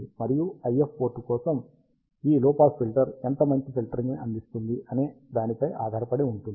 మరియు IF port కోసం ఈ లో పాస్ ఫిల్టర్ ఎంత మంచి ఫిల్టరింగ్ ని అందిస్తుంది అనే దానిపై ఆధారపడి ఉంటుంది